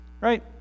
Right